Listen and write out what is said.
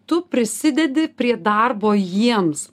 tu prisidedi prie darbo jiems